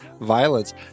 violence